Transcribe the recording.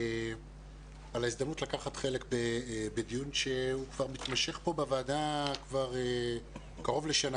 על ההזדמנות לקחת חלק בדיון שהוא כבר מתמשך פה בוועדה קרוב לשנה.